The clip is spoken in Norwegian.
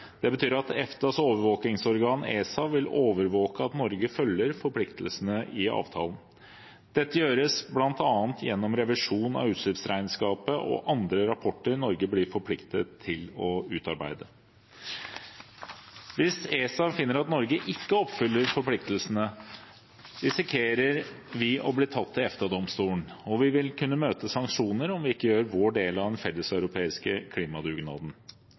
Det betyr at EFTAs overvåkingsorgan, ESA, vil overvåke at Norge følger forpliktelsene i avtalen. Dette gjøres bl.a. gjennom revisjon av utslippsregnskapet og andre rapporter Norge blir forpliktet til å utarbeide. Hvis ESA finner at Norge ikke oppfyller forpliktelsene, risikerer vi å bli tatt i EFTA-domstolen, og vi vil kunne møte sanksjoner om vi ikke gjør vår del av den felleseuropeiske klimadugnaden.